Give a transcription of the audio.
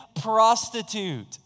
prostitute